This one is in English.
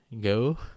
go